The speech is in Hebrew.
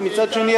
ומצד שני,